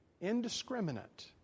indiscriminate